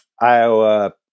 iowa